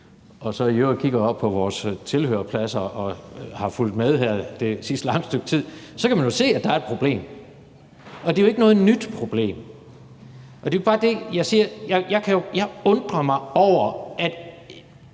og så i øvrigt kigger op på vores tilhørerpladser og har fulgt med her det sidste lange stykke tid, så kan man jo se, at der er et problem, og det er jo ikke noget nyt problem. Og der er det bare, jeg siger, at jeg undrer mig over, at